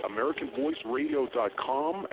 AmericanVoiceRadio.com